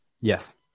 Yes